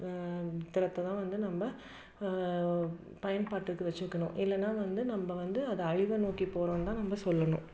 திறத்த தான் வந்து நம்ம பயன்பாட்டுக்கு வச்சுக்கணும் இல்லைனா வந்து நம்ம வந்து அதை அழிவை நோக்கி போகிறோம்தான் நம்ம சொல்லணும்